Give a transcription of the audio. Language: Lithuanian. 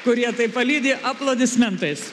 kurie tai palydi aplodismentais